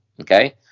Okay